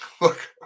Look